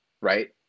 right